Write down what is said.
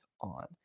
On